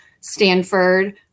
Stanford